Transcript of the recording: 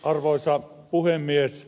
arvoisa puhemies